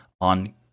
on